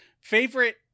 favorite